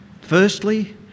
Firstly